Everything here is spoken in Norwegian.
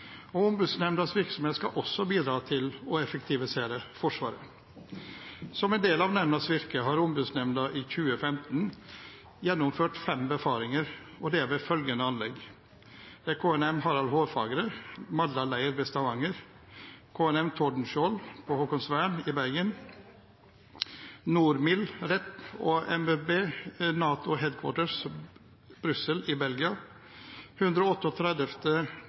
personell. Ombudsmannsnemndas virksomhet skal også bidra til å effektivisere Forsvaret. Som en del av nemndas virke har Ombudsmannsnemnda i 2015 gjennomført seks befaringer ved følgende anlegg: KNM Harald Haarfagre, Madla leir, Stavanger KNM Tordenskjold, Haakonsvern, Bergen NOR Mil Rep og MMB NATO Headquarters, Brussel, Belgia 138 Luftving, Ørland hovedflystasjon, Ørland Luftkrigsskolen, Trondheim Forsvarets personell- og